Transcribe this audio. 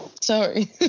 sorry